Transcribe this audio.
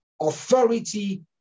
authority